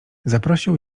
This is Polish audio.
zaprosił